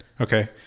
okay